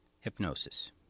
Hypnosis